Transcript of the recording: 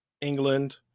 England